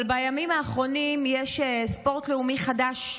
אבל בימים האחרונים יש ספורט לאומי חדש: